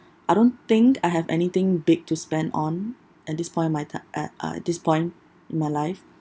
I don't think I have anything big to spend on at this point of my ti~ at uh this point in my life